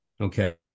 okay